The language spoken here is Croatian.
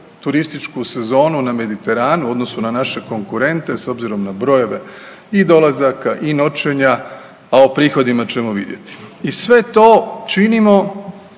turističku sezonu na Mediteranu u odnosu na naše konkurente, s obzirom na brojeve i dolazaka, i noćenja, a o prihodima ćemo vidjeti. I sve to činimo